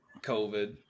COVID